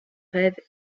rêve